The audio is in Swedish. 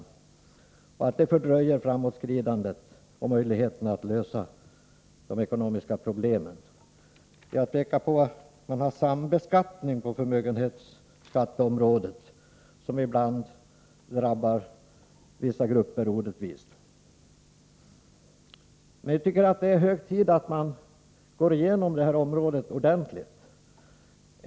Detta i sin tur fördröjer framåtskridandet och möjligheterna att lösa de ekonomiska problemen. Vi har pekat på att man har en sambeskattning på förmögenhetsskatteområdet som ibland drabbar vissa grupper orättvist. Vi tycker att det är hög tid att man går igenom detta område ordentligt.